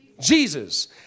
Jesus